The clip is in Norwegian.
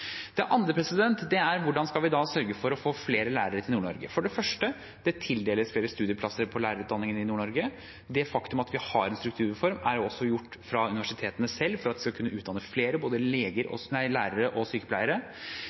Det andre er hvordan vi skal sørge for å få flere lærere til Nord-Norge. For det første: Det tildeles flere studieplasser på lærerutdanningen i Nord-Norge. Det faktum at vi har en strukturreform, er også gjort fra universitetene selv for at de skal kunne utdanne flere både lærere og sykepleiere.